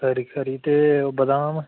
खरी खरी ते बदाम